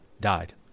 died